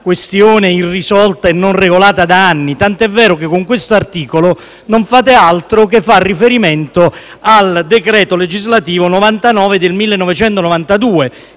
questione irrisolta e non regolata da anni. Con questo articolo non fate altro che far riferimento al decreto legislativo n. 99 del 1992,